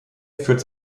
führt